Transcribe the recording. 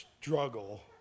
struggle